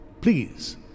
Please